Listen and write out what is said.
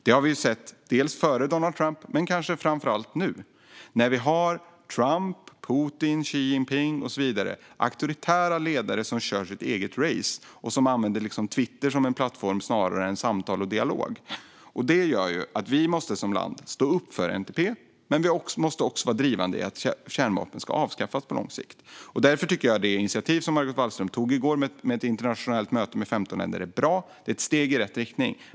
Det har vi sett före Donald Trump, men kanske framför allt nu när vi har Donald Trump, Vladimir Putin, Xi Jinping och så vidare. De är auktoritära ledare som kör sina egna race och bland annat använder Twitter snarare än samtal och dialog som plattform. Det betyder att vi som land måste stå upp för NPT. Men vi måste också vara drivande i fråga om att kärnvapen ska avskaffas på lång sikt. Därför är det initiativ som Margot Wallström tog i går, ett internationellt möte med 15 länder, bra. Det är ett steg i rätt riktning.